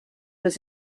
was